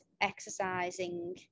exercising